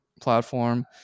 platform